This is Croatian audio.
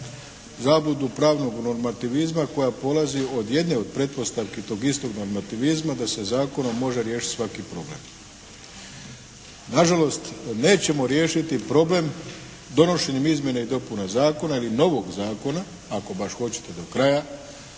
Zabludu pravnog normativizma koja polazi od jedne od pretpostavki tog istog normativizma da se zakonom može riješiti svaki problem. Nažalost nećemo riješiti problem donošenjem izmjena ili dopuna zakona ili novog zakona, ako baš hoćete do kraja,